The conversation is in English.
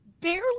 barely